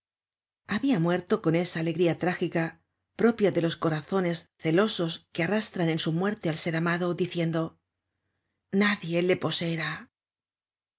habia muerto con esa alegría trágica propia de los corazones celosos que arrastran en su muerte al ser amado diciendo nadie le poseerá